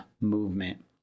movement